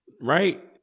right